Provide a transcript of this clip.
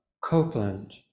Copeland